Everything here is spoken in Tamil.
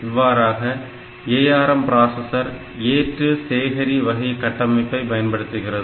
இவ்வாறாக ARM பிராசஸர் ஏற்று சேகரி வகை கட்டமைப்பை பயன்படுத்துகிறது